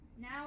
now